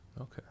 Okay